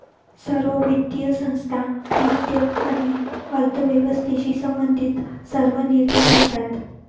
सर्व वित्तीय संस्था वित्त आणि अर्थव्यवस्थेशी संबंधित सर्व निर्णय घेतात